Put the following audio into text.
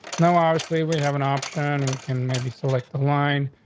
no. obviously we have an option. we can maybe select the line.